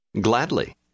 Gladly